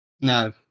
No